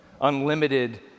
unlimited